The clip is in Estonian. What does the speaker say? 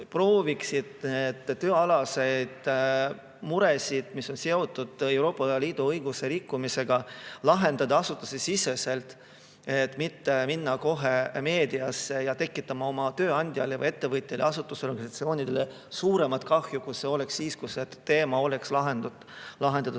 prooviksid tööalaseid muresid, mis on seotud Euroopa Liidu õiguse rikkumisega, lahendada asutusesiseselt, mitte ei läheks kohe meediasse, tekitades oma tööandjale või ettevõttele, asutusele, organisatsioonile suuremat kahju, kui see oleks siis, kui see teema oleks lahendatud